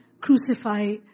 crucify